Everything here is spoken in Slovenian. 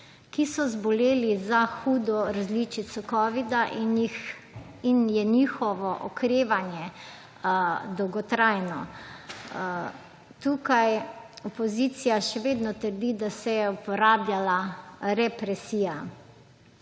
ki so zboleli za hudo različico covida in je njihovo okrevanje dolgotrajno. Tukaj opozicija še vedno trdi, da se je uporabljala represija.